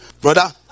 Brother